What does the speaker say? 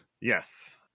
Yes